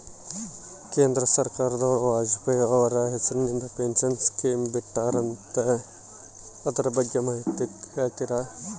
ಕೇಂದ್ರ ಸರ್ಕಾರದವರು ವಾಜಪೇಯಿ ಅವರ ಹೆಸರಿಂದ ಪೆನ್ಶನ್ ಸ್ಕೇಮ್ ಬಿಟ್ಟಾರಂತೆ ಅದರ ಬಗ್ಗೆ ಮಾಹಿತಿ ಹೇಳ್ತೇರಾ?